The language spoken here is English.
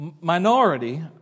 minority